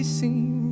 seem